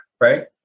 right